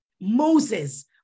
Moses